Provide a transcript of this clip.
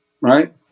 right